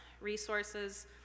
resources